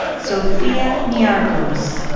sofia niarchos.